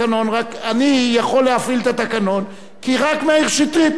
רק אני יכול להפעיל את התקנון כי רק מאיר שטרית נרשם.